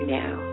now